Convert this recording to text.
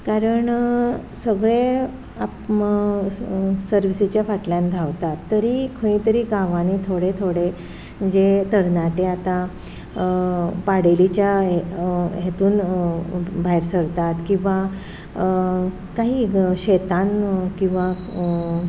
कारण सगले सरविसेच्या फाटल्यान धांवतात तरी खंयतरी गांवानी थोडे थोडे जे तरनाटे आतां पाडेलीच्या हेतून भायर सरतात किंवां काही शेतान किंवां